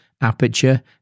aperture